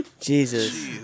Jesus